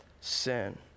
Sin